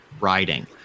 riding